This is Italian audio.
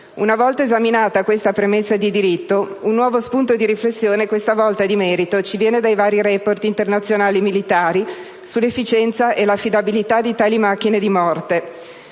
Una volta esaminata questa premessa di diritto, un nuovo spunto di riflessione, questa volta di merito, ci viene dai vari *report* internazionali militari sull'efficienza e l'affidabilità di tali macchine di morte.